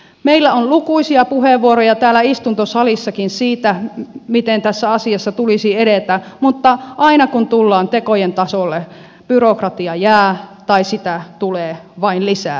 meillä on lukuisia puheenvuoroja täällä istuntosalissakin siitä miten tässä asiassa tulisi edetä mutta aina kun tullaan tekojen tasolle byrokratia jää tai sitä tulee vain lisää